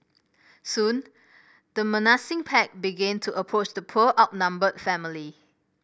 soon the menacing pack began to approach the poor outnumbered family